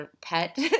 pet